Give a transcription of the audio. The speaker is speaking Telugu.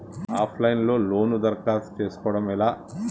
ఆఫ్ లైన్ లో లోను దరఖాస్తు చేసుకోవడం ఎలా?